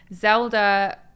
Zelda